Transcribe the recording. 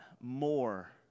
More